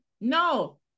no